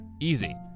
easy